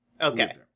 Okay